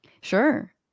sure